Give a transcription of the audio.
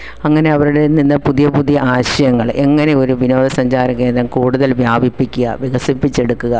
അങ്ങനെ അവരുടെതിൽ നിന്ന് പുതിയ പുതിയ ആശയങ്ങൾ എങ്ങനെ ഒരു വിനോദസഞ്ചാര കേന്ദ്രം കൂടുതൽ വ്യാപിപ്പിക്കാം വികസിപ്പിച്ചെടുക്കുക